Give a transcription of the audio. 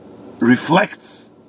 reflects